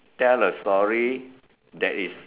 tell a story that is